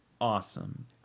awesome